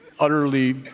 utterly